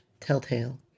telltale